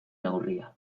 neurria